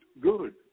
good